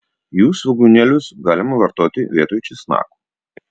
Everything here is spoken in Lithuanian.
jų svogūnėlius galima vartoti vietoj česnakų